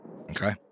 Okay